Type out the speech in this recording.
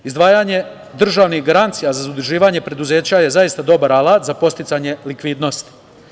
Izdvajanje državnih garancija za zaduživanje preduzeća je zaista dobar alat za postizanje likvidnosti.